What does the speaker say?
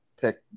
pick